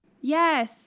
Yes